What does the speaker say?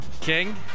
King